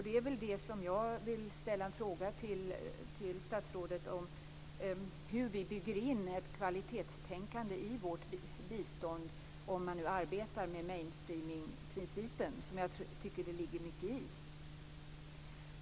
Det är väl det jag vill fråga statsrådet om: hur vi bygger in ett kvalitetstänkande i vårt bistånd om man nu arbetar med mainstreaming-principen, som jag tycker att det ligger mycket i.